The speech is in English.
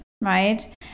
right